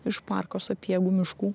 iš parko sapiegų miškų